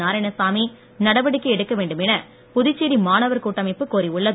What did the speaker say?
நாராயணசாமி நடவடிக்கை எடுக்கவேண்டுமென புதுச்சேரி மாணவர் கூட்டமைப்பு கோரியுள்ளது